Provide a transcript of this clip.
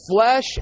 Flesh